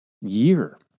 year